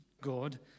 God